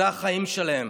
זה החיים שלהם.